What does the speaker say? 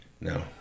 no